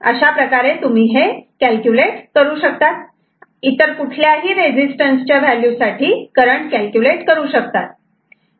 तुम्ही इतर कुठल्याही रेझिस्टन्स च्या व्हॅल्यू साठी करंट कॅल्क्युलेट करू शकतात